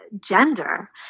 gender